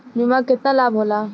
बीमा के केतना लाभ होला?